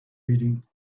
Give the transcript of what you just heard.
reading